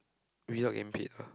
we not getting paid ah